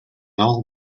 all